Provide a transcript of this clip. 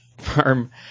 farm